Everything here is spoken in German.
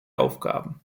aufgaben